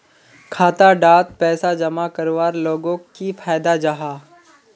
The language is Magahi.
खाता डात पैसा जमा करवार लोगोक की फायदा जाहा?